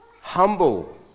humble